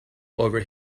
over